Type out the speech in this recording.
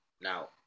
now